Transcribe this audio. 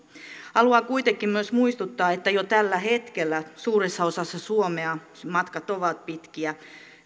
haluan kuitenkin myös muistuttaa että jo tällä hetkellä suuressa osassa suomea matkat ovat pitkiä